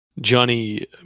Johnny